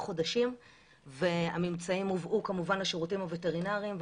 חודשים והממצאים הובאו כמובן לשירותים הווטרינרים,